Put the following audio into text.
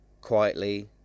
quietly